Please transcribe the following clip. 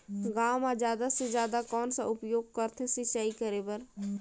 गांव म जादा से जादा कौन कर उपयोग करथे सिंचाई करे बर?